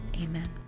Amen